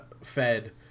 fed